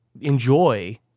enjoy